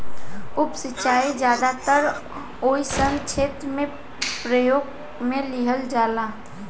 उप सिंचाई ज्यादातर ओइ सन क्षेत्र में प्रयोग में लिहल जाला